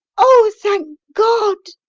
oh, thank god!